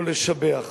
לשבח